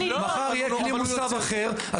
מחר יהיה כלי מוסב אחר,